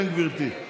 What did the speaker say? כן, גברתי.